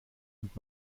und